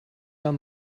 down